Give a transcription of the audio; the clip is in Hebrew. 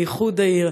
לאיחוד העיר,